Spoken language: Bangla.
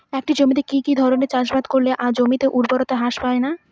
একটা জমিতে কি কি ধরনের চাষাবাদ করলে জমির উর্বরতা হ্রাস পায়না?